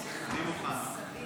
גברתי השרה סטרוק,